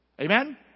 Amen